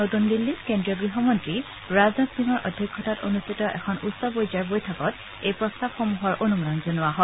নতুন দিল্লীত কেন্দ্ৰীয় গৃহমন্ত্ৰী ৰাজনাথ সিঙৰ অধ্যক্ষতাত অনুষ্ঠিত এখন উচ্চ পৰ্যায়ৰ বৈঠকত এই প্ৰস্তানসমূহৰ অনুমোদন জনোৱা হয়